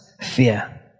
fear